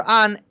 on